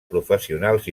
professionals